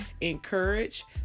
encourage